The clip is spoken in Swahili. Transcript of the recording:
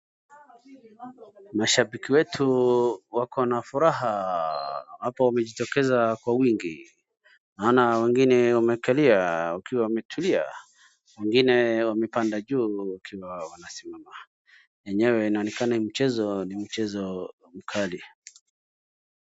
mashabiki wetu wakona furaha hapo wamejitokeza kwa wingi naona wengine wamekalia wakiwa wametulia wengine wamepanda juu wakiwa wamesimama enyewe inaonekana hii mchezo ni mchezo mkali